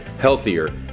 healthier